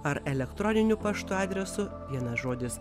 ar elektroniniu paštu adresu vienas žodis